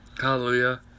Hallelujah